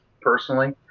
personally